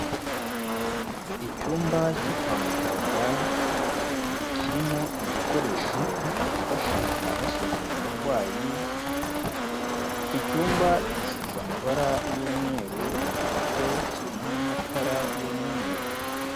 Icyumba, cyo kwa muganga, kirimo, igikoresho, cyifashishwa, basuzuma umurwayi, iki cyumba, gisize amabara, y'umweru, ndetse kirimo n'amatara, y'umweru.